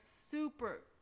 super